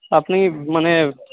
আপনি মানে